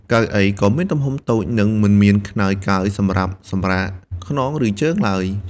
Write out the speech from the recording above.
កៅអីក៏មានទំហំតូចនិងមិនមានខ្នើយកើយសម្រាប់សម្រាកខ្នងឬជើងឡើយ។